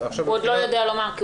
הוא עוד לא יודע לומר.